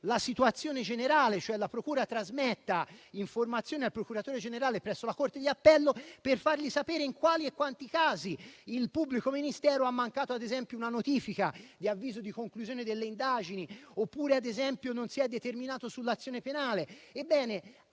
la situazione generale e la procura trasmetta quindi informazioni al procuratore generale presso la corte d'appello per fargli sapere in quali e quanti casi il pubblico ministero ha mancato, ad esempio, una notifica di avviso di conclusione delle indagini oppure non si è determinato sull'azione penale. Anche